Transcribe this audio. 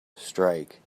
strike